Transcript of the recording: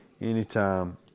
Anytime